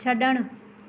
छॾणु